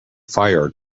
fire